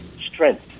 Strength